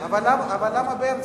למה באמצע?